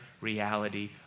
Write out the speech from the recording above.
reality